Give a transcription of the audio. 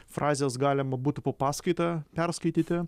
frazės galima būtų po paskaitą perskaityti